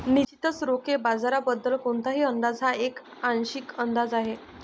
निश्चितच रोखे बाजाराबद्दल कोणताही अंदाज हा एक आंशिक अंदाज आहे